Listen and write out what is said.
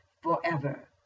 forever